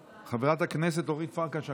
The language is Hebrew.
חברת הכנסת אורית פרקש הכהן,